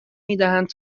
میدهند